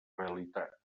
realitat